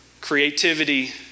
creativity